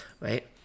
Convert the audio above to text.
right